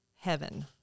heaven